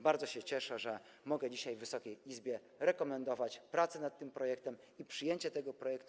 Bardzo się cieszę, że mogę dzisiaj Wysokiej Izbie rekomendować prace nad tym projektem i przyjęcie tego projektu.